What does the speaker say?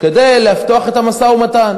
כדי לפתוח את המשא-ומתן?